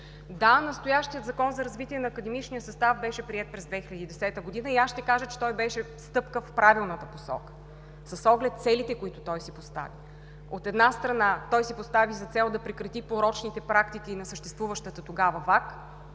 Да, настоящият Закон за развитие на академичния състав беше приет през 2010 г., и аз ще кажа, че беше стъпка в правилната посока с оглед целите, които си постави. От една страна, той си постави за цел да прекрати порочните практики на съществуващата тогава ВАК.